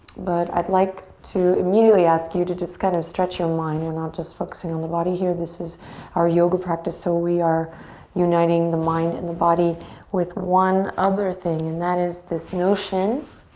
but i'd like to immediately ask you to just kind of stretch your mind. we're not just focusing on the body here. this is our yoga practice so we are uniting the mind and the body with one other thing, and that is this notion,